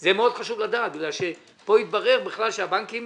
זה מאוד חשוב לדעת כי פה יתברר בכלל שהבנקים